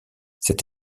cette